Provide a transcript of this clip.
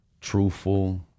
truthful